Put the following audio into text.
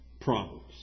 problems